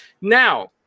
now